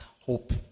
hope